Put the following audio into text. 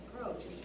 approach